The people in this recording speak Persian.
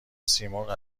سیمرغ